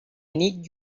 need